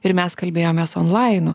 ir mes kalbėjomės onlainu